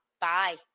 Bye